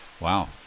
Wow